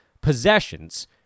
possessions